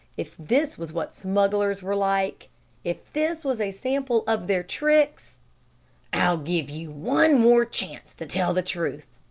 if this was what smugglers were like if this was a sample of their tricks i'll give you one more chance to tell the truth,